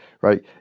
right